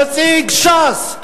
נציג ש"ס,